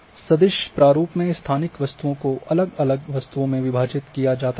सदिश प्रारूप में स्थानिक वस्तुओं को अलग अलग वस्तुओं में विभाजित किया जाता है